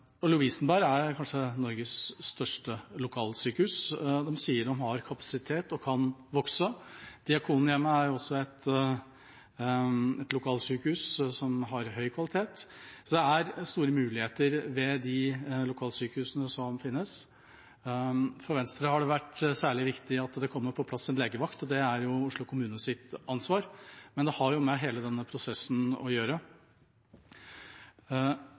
løsningen. Lovisenberg er kanskje Norges største lokalsykehus. De sier de har kapasitet og kan vokse. Diakonhjemmet er også et lokalsykehus med høy kvalitet. Det er store muligheter ved de lokalsykehusene som finnes. For Venstre har det vært særlig viktig at det nå kommer på plass en legevakt. Det er Oslo kommunes ansvar, men det har med hele denne prosessen å gjøre.